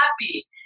happy